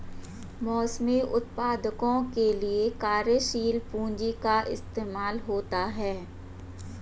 मौसमी उत्पादों के लिये कार्यशील पूंजी का इस्तेमाल होता है